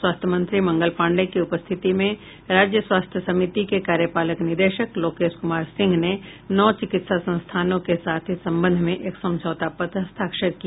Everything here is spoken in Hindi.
स्वास्थ्य मंत्री मंगल पाण्डेय की उपस्थिति में राज्य स्वास्थ्य समिति के कार्यपालक निदेशक लोकेश कुमार सिंह ने नौ चिकित्सा संस्थानों के साथ इस संबंध में एक समझौता पत्र पर हस्ताक्षर किया